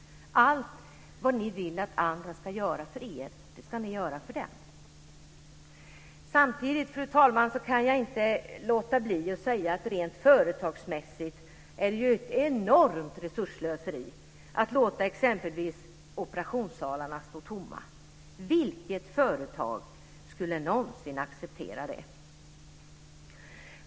Allt vad ni vill att andra ska göra för er, ska ni göra för dem. Samtidigt, fru talman, kan jag inte låta bli att säga att rent företagsmässigt är det ett enorm resursslöseri att låta exempelvis operationssalarna stå tomma. Vilket företag skulle någonsin acceptera det?